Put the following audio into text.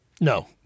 No